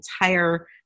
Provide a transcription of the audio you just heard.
entire